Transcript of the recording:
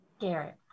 Garrett